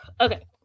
Okay